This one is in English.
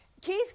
Keith